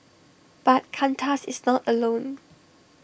but Qantas is not alone